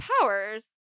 powers